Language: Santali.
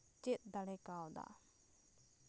ᱪᱮᱫ ᱫᱟᱲᱮᱠᱟᱣᱫᱟ